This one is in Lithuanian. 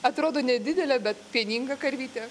atrodo nedidelė bet pieninga karvytė